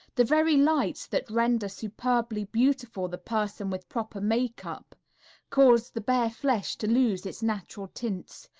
the very lights that render superbly beautiful the person with proper makeup cause the bare flesh to lose its natural tints,